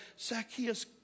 Zacchaeus